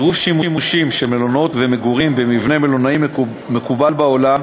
עירוב שימושים של מלונות ומגורים במבנה מלונאי מקובל בעולם